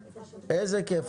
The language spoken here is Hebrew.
איזה כיף לשמוע.